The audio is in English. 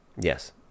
Yes